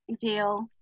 deal